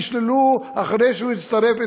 אחרי שהוא יצטרף,